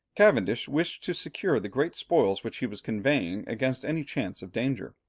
cavendish wished to secure the great spoils which he was conveying against any chance of danger.